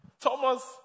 Thomas